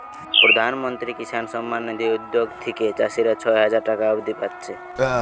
প্রধানমন্ত্রী কিষান সম্মান নিধি উদ্যগ থিকে চাষীরা ছয় হাজার টাকা অব্দি পাচ্ছে